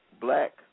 black